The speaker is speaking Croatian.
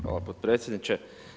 Hvala potpredsjedniče.